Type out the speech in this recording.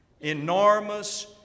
enormous